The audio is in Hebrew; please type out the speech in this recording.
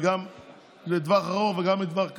גם לטווח ארוך וגם לטווח קצר,